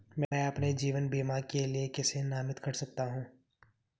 मैं अपने जीवन बीमा के लिए किसे नामित कर सकता हूं?